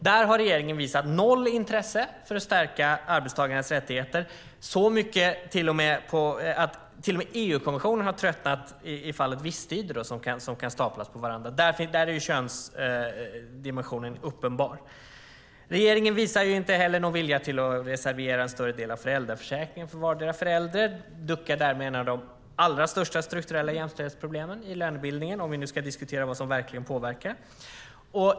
Där har regeringen visat noll intresse för att stärka arbetstagarnas rättigheter, så mycket att till och med EU-kommissionen har tröttnat i fråga om visstidsanställningar som kan staplas på varandra. Där är könsdimensionen uppenbar. Regeringen visar inte heller någon vilja till att reservera en större del av föräldraförsäkringen för vardera föräldern. Där duckar regeringen för de allra största strukturella jämställdhetsproblemen i lönebildningen, om vi nu ska diskutera vad som verkligen påverkar.